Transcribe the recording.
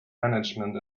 management